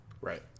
Right